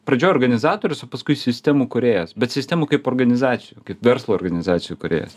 pradžioj organizatorius o paskui sistemų kūrėjas bet sistemų kaip organizacijų kaip verslo organizacijų kūrėjas